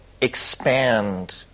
expand